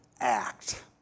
act